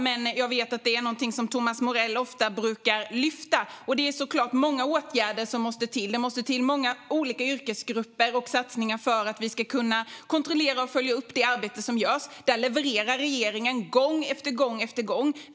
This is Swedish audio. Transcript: Men jag vet att Thomas Morell ofta brukar lyfta fram den frågan, och det krävs många åtgärder, satsningar och yrkesgrupper för att vi ska kunna kontrollera och följa upp det arbete som görs. Här levererar regeringen gång efter gång.